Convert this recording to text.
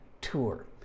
Tour